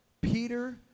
Peter